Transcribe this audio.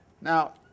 Now